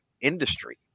industry